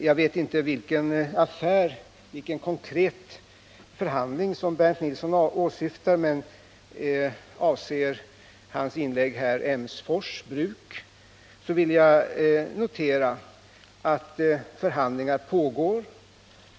Jag vet inte vilken konkret förhandling Bernt Nilsson åsyftar, men avser hans inlägg Emsfors bruk vill jag notera att förhandlingar pågår.